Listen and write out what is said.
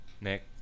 Nick